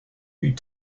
eut